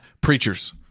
preachers